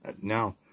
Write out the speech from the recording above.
Now